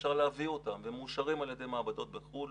אפשר להביא אותם והם מאושרים על ידי מעבדות בחו"ל,